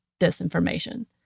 disinformation